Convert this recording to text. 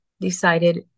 decided